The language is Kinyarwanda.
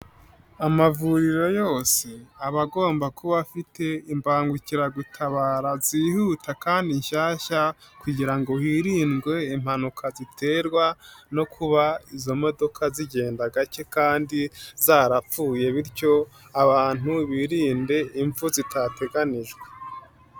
Amavuriro yose aba agomba kuba afite imbangukiragutabara zihuta kandi nshyashya kugira ngo hirindwe impanuka ziterwa no kuba izo modoka zigenda gake kandi zarapfuye, bityo abantu birinde ipfu zitateganijwe.